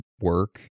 work